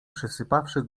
przysypawszy